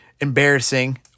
embarrassing